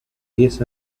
diez